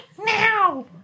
now